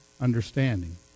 understanding